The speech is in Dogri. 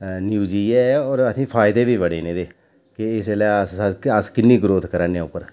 न्यूज़ इयै होर असेंगी फायदे बी बड़े न एह्दे के इसलै अस किन्नी ग्रोथ करै'ने उप्पर